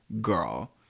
girl